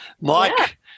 mike